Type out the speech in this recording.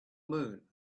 moon